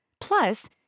Plus